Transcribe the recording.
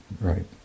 Right